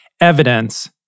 evidence